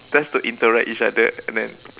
just to interact each other and then